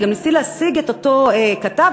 גם ניסיתי להשיג את אותו כתב,